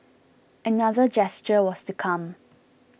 another gesture was to come